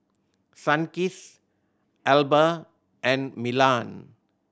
Sunkist Alba and Milan